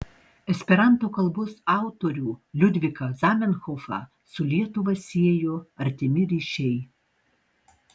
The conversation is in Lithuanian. esperanto kalbos autorių liudviką zamenhofą su lietuva siejo artimi ryšiai